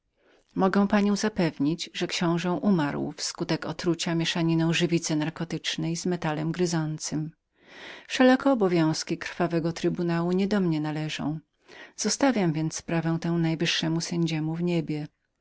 mogę panią zapewnić że książe umarł w skutek mieszaniny żywicy narkotycznej z metalem gryzącym wszelako obowiązki krwawego trybunału nie do mnie należą zostawiam więc sprawę tę najwyższemu sędziemu w niebie